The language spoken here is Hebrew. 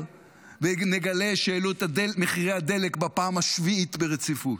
ונגלה שהעלו את מחירי הדלק בפעם השביעית ברציפות.